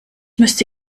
müsste